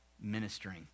ministering